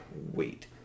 wait